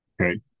Okay